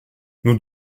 nous